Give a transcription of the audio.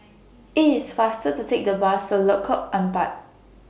IT IS faster to Take The Bus to Lengkok Empat